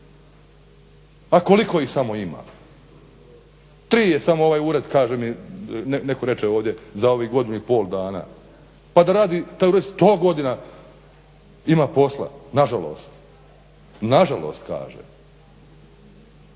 A koliko ih samo ima, tri je samo ovaj ured za ovih godinu i pol dana, pa da radi … sto godina ima posla, nažalost. Nažalost kažem.